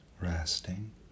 resting